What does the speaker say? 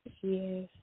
Yes